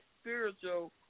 spiritual